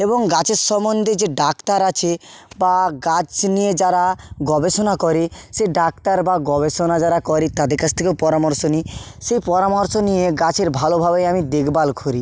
এবং গাছের সম্বন্ধে যে ডাক্তার আছে বা গাছ নিয়ে যারা গবেষণা করে সে ডাক্তার বা গবেষণা যারা করে তাদের কাছ থেকেও পরামর্শ নিই সেই পরামর্শ নিয়ে গাছের ভালোভাবেই আমি দেখভাল করি